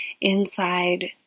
inside